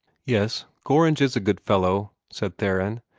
yes, gorringe is a good fellow, said theron.